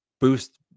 boost